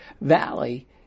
valley